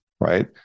right